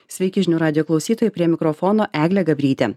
sveiki žinių radijo klausytojai prie mikrofono eglė gabrytė